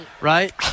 right